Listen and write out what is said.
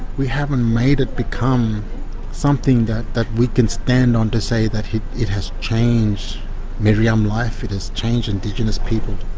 we haven't made it become something that that we can stand on to say that it has changed meriam life, it has changed indigenous people.